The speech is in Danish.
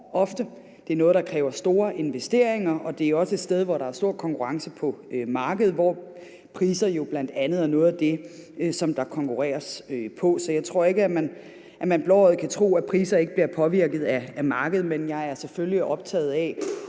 der kræver store investeringer, og det er også et sted, hvor der er stor konkurrence på markedet, hvor priser jo bl.a. er noget af det, der konkurreres på. Så jeg tror ikke, at man skal være blåøjet og tro, at priserne ikke bliver påvirket af markedet, men jeg er selvfølgelig optaget af